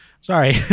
sorry